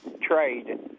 trade